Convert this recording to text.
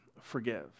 forgive